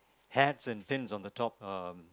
hats and pins on the top um